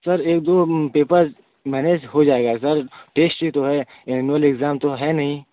sir एक दो paper manage हो जाएगा सर टेस्ट ही तो है एनुअल एग्जाम तो है नहीं